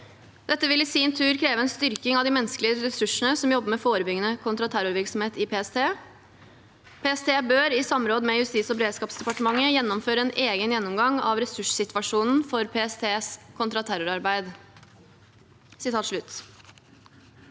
Dette vil i sin tur kreve en styrking av de menneskelige ressursene som jobber med forebyggende kontraterrorvirksomhet i PST. Videre bør PST i samråd med Justisog beredskapsdepartementet gjennomføre en egen gjennomgang av ressurssituasjonen for PSTs kontraterrorarbeid (…).»